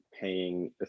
paying